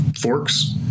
forks